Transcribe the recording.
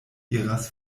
iras